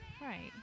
right